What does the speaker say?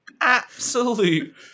absolute